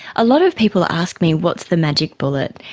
a lot of people ask me what's the magic bullet.